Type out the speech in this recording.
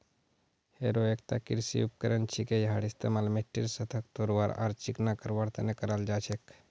harrow एकता कृषि उपकरण छिके यहार इस्तमाल मिट्टीर सतहक तोड़वार आर चिकना करवार तने कराल जा छेक